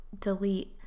delete